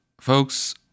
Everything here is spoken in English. folks